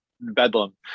bedlam